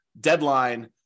deadline